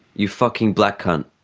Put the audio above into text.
you fucking black cunt.